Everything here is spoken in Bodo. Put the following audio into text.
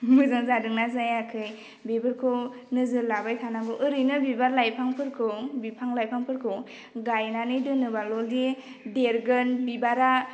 मोजां जादोंना जायाखै बेफोरखौ नोजोर लाबाय थानांगौ ओरैनो बिबार लाइफांफोरखौ बिफां लाइफांफोरखौ गायनानै दोनोबाल'दि देरगोन बिबारा